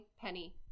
penny